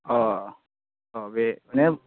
अ अ बेनो